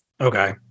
Okay